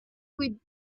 with